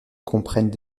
comprennent